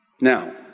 Now